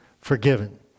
forgiven